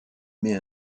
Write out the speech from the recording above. met